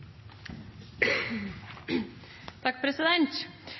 Takk, president!